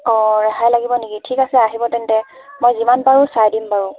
অ' ৰেহাই লাগিব নেকি ঠিক আছে আহিব তেন্তে মই যিমান পাৰো চাই দিম বাৰু